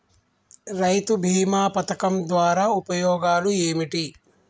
రైతు బీమా పథకం ద్వారా ఉపయోగాలు ఏమిటి?